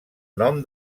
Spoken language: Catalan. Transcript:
nom